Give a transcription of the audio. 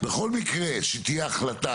בכל מקרה שתהיה החלטה,